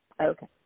okay